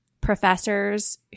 professors